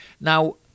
Now